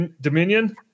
Dominion